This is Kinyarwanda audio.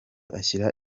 ashyira